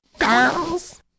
Girls